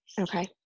Okay